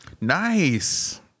Nice